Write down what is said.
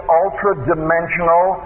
ultra-dimensional